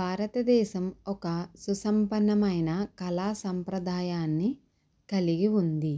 భారతదేశం ఒక సుసంపన్నమైన కళా సంప్రదాయాన్ని కలిగి ఉంది